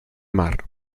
mar